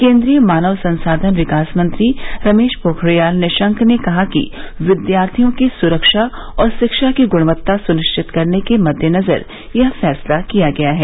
केंद्रीय मानव संसाधन विकास मंत्री रमेश पोखरियाल निशंक ने कहा कि विद्यार्थियों की सुरक्षा और शिक्षा की गुणवत्ता सुनिश्चित करने के मद्देनजर यह फैसला किया गया है